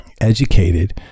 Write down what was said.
educated